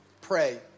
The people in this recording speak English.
Pray